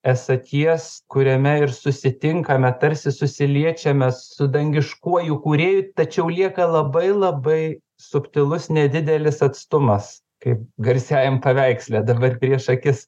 esaties kuriame ir susitinkame tarsi susiliečiame su dangiškuoju kūrėju tačiau lieka labai labai subtilus nedidelis atstumas kaip garsiajame paveiksle dabar prieš akis